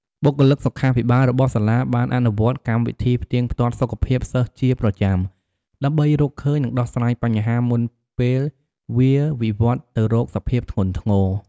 បុគ្គលិកសុខាភិបាលរបស់សាលាបានអនុវត្តកម្មវិធីផ្ទៀងផ្ទាត់សុខភាពសិស្សជាប្រចាំ ដើម្បីរកឃើញ និងដោះស្រាយបញ្ហា មុនពេលវាវិវត្តន៍ទៅរកសភាពធ្ងន់ធ្ងរ។